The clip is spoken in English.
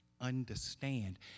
understand